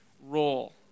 role